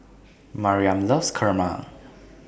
Mariam loves Kurma